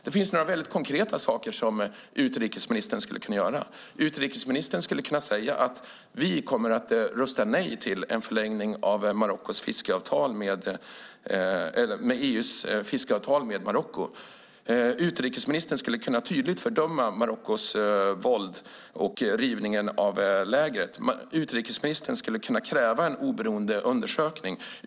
Det finns några konkreta saker som utrikesministern skulle kunna göra: Utrikesministern skulle kunna säga att vi kommer att rösta nej till en förlängning av EU:s fiskeavtal med Marocko. Utrikesministern skulle kunna tydligt fördöma Marockos våld och rivningen av lägret. Utrikesministern skulle kunna kräva en oberoende undersökning.